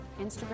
Instagram